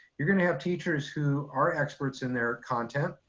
you're going to have teachers who are experts in their content